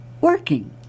working